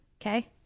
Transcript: Okay